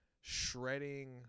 shredding